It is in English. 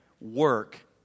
work